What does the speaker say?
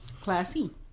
classy